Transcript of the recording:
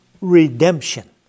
redemption